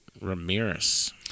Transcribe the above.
Ramirez